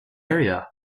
area